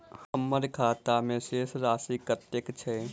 हम्मर खाता मे शेष राशि कतेक छैय?